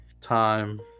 time